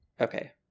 Okay